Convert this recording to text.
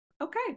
okay